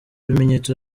bimenyetso